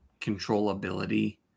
controllability